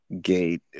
gate